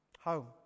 Home